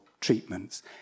treatments